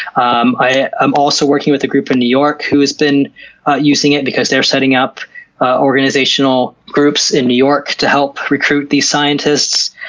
um i'm also working with a group in new york who has been using it because they're setting up organizational groups in new york to help recruit these scientists.